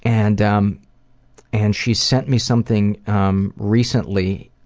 and um and she sent me something um recently,